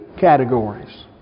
categories